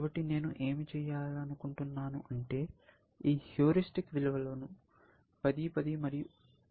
కాబట్టి నేను ఏమి చేయాలనుకుంటున్నాను అంటే ఈ హ్యూరిస్టిక్ విలువలు 10 10 మరియు 5 5 లను కనుగొనడం